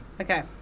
okay